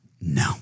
No